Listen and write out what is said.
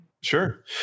Sure